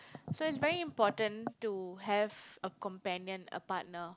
so it's very important to have a companion a partner